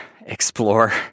explore